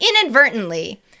inadvertently